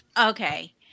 okay